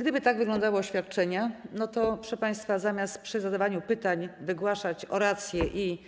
Gdyby tak wyglądały oświadczenia, to, proszę państwa, zamiast przy zadawaniu pytań wygłaszać oracje i